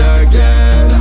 again